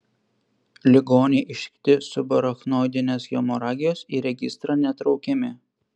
ligoniai ištikti subarachnoidinės hemoragijos į registrą netraukiami